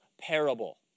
parable